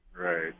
Right